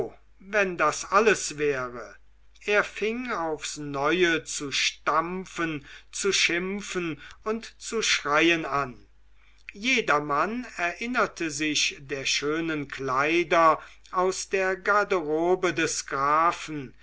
wenn das alles wäre er fing aufs neue zu stampfen zu schimpfen und zu schreien an jedermann erinnerte sich der schönen kleider aus der garderobe des grafen